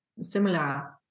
similar